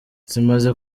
zimaze